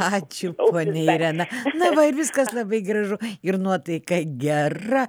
ačiū ponia irena na va ir viskas labai gražu ir nuotaika gera